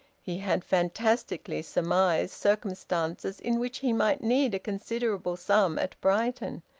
he had fantastically surmised circumstances in which he might need a considerable sum at brighton.